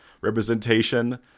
representation